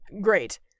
Great